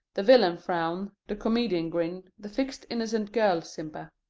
the villain-frown, the comedian-grin, the fixed innocent-girl simper.